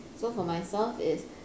so for myself is